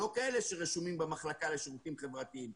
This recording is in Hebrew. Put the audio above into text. לא כאלה שרשומים במחלקה לשירותים חברתיים,